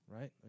right